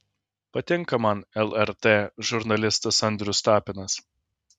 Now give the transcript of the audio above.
patinka man lrt žurnalistas andrius tapinas